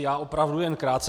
Já opravdu jen krátce.